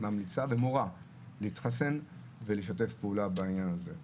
ממליצה ומורה להתחסן ולשתף פעולה בעניין הזה.